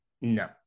No